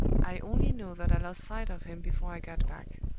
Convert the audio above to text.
i only know that i lost sight of him before i got back.